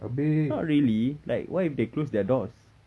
not really like what if they close their doors